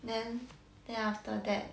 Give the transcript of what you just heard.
then then after that